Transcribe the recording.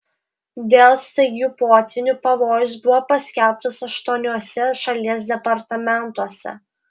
dėl staigių potvynių pavojus buvo paskelbtas aštuoniuose šalies departamentuose